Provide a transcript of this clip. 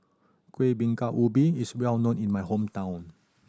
Kueh Bingka Ubi is well known in my hometown